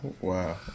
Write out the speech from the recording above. wow